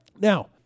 Now